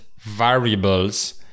variables